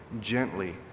gently